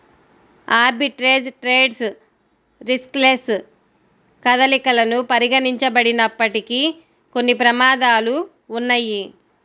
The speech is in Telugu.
ఆర్బిట్రేజ్ ట్రేడ్స్ రిస్క్లెస్ కదలికలను పరిగణించబడినప్పటికీ, కొన్ని ప్రమాదాలు ఉన్నయ్యి